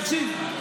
תקשיב,